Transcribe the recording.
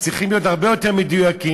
צריכים להיות הרבה יותר מדויקים,